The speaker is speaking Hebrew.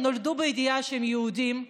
נולדו בידיעה שהם יהודים.